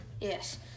Yes